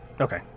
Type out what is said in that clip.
okay